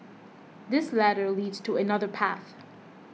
this ladder leads to another path